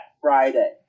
Friday